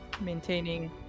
maintaining